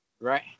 Right